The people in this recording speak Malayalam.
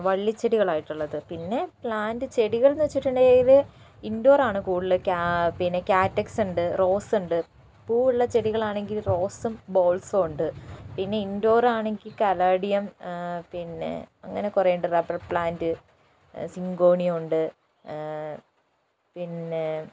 വള്ളിച്ചെടികളായിട്ടുള്ളത് പിന്നെ പ്ലാൻ്റ് ചെടികൾ എന്നു വച്ചിട്ടുണ്ടെങ്കിൽ ഇന്റോർ ആണ് കൂടുതൽ പിന്നെ ക്യാറ്റക്സ് ഉണ്ട് റോസ് ഉണ്ട് പൂവുള്ള ചെടികളാണെങ്കിൽ റോസ്സും ബോൾഫും ഉണ്ട് പിന്നെ ഇന്റോർ ആണെങ്കിൽ കലേഡിയം പിന്നെ അങ്ങനെ കുറേ ഉണ്ട് റബ്ബർ പ്ലാൻറ് സിങ്കോണിയം ഉണ്ട് പിന്നേ